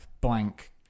blank